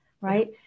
right